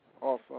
Awesome